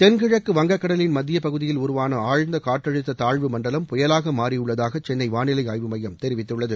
தென் கிழக்கு வங்கக் கடலின் மத்திய பகுதியில் உருவாள ஆழ்ந்த காற்றழுத்த தாழ்வு மண்டலம் புயலாக மாறியுள்ளதாக சென்னை வானிலை ஆய்வு மையம் தெரிவித்துள்ளது